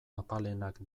apalenak